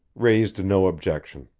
raised no objection.